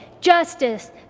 justice